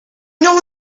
know